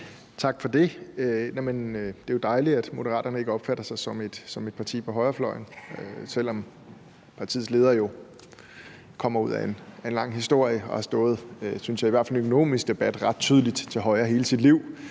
Tak for det. Det er jo dejligt, at Moderaterne ikke opfatter sig som et parti på højrefløjen, selv om partiets leder jo har en lang historie dér og har stået ret tydeligt, synes jeg – i hvert fald i de økonomiske debatter – til højre i hele sit liv,